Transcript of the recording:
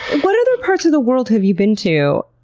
what other parts of the world have you been to,